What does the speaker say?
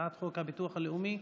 הצעת חוק הביטוח הלאומי,